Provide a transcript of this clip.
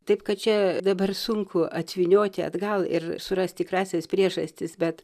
taip kad čia dabar sunku apvynioti atgal ir surast tikrąsias priežastis bet